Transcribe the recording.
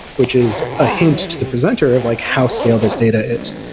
which is a hint to the presenter of like how stale this data is.